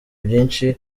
byinshi